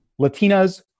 Latinas